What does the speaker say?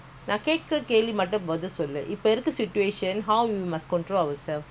my father mother never give me சொத்து:soththu what !huh! I don't have savings